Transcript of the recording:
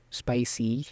spicy